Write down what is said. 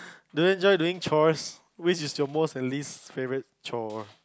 do you enjoy doing chores which is your most and least favourite chore